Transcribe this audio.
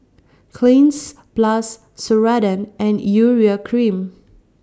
Cleanz Plus Ceradan and Urea Cream